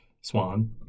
Swan